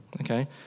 okay